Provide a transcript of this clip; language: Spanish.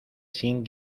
sin